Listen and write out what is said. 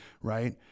right